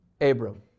Abram